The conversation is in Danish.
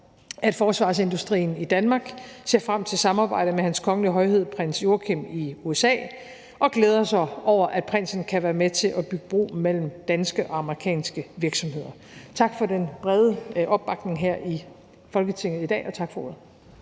at forsvarsindustrien i Danmark ser frem til samarbejdet med Hans Kongelige Højhed Prins Joachim i USA og glæder sig over, at prinsen kan være med til at bygge bro mellem danske og amerikanske virksomheder. Tak for den brede opbakning her i Folketinget i dag, og tak for ordet.